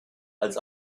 als